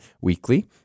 weekly